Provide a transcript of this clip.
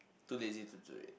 too lazy to do it